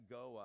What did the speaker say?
go